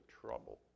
trouble